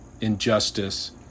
injustice